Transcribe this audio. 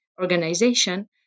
organization